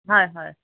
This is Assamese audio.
হয় হয়